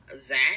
zach